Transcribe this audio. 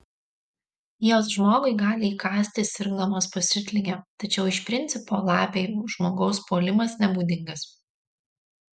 jos žmogui gali įkasti sirgdamos pasiutlige tačiau iš principo lapei žmogaus puolimas nebūdingas